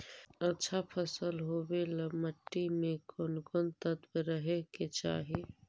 अच्छा फसल होबे ल मट्टी में कोन कोन तत्त्व रहे के चाही?